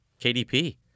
KDP